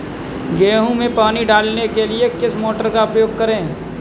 गेहूँ में पानी डालने के लिए किस मोटर का उपयोग करें?